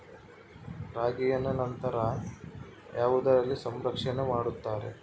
ರಾಗಿಯನ್ನು ನಂತರ ಯಾವುದರಲ್ಲಿ ಸಂರಕ್ಷಣೆ ಮಾಡುತ್ತಾರೆ?